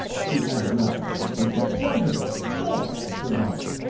she added, laughing. with great pleasure thanks, said ronald.